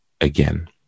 again